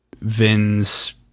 Vin's